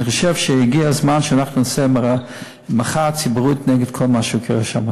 אני חושב שהגיע הזמן שאנחנו נעשה מחאה ציבורית נגד כל מה שקורה שם.